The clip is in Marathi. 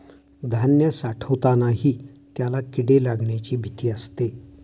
धान्य साठवतानाही त्याला किडे लागण्याची भीती असते